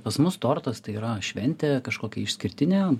pas mus tortas tai yra šventė kažkokia išskirtinė